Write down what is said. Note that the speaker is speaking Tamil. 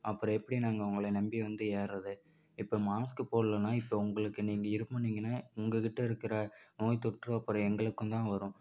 அப்புறம் எப்படி நாங்கள் உங்களை நம்பி வந்து ஏறுறது இப்போ மாஸ்க்கு போடலன்னா இப்போ உங்களுக்கு நீங்கள் இருமுனீங்கன்னால் உங்ககிட்ட இருக்கிற நோய் தொற்று அப்புறம் எங்களுக்கும் தான் வரும்